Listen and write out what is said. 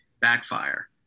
backfire